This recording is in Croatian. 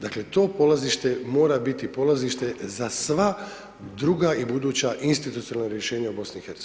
Dakle, to polazište mora biti polazište za sva druga i buduća institucionalna rješenja u BIH.